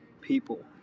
people